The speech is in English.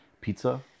pizza